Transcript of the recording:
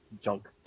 junk